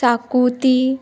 शाकुती